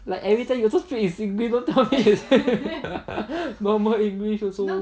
like everytime you also speak in singlish don't tell me you speak in normal english also